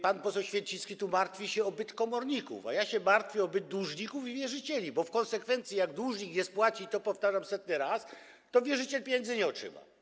Pan poseł Święcicki martwi się tu o byt komorników, a ja się martwię o byt dłużników i wierzycieli, bo w konsekwencji, jeśli dłużnik nie spłaci, to - powtarzam setny raz - wierzyciel pieniędzy nie otrzyma.